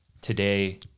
Today